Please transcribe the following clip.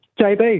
JB